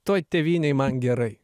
toj tėvynėj man gerai